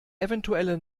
eventuelle